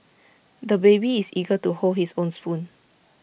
the baby is eager to hold his own spoon